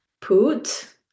Put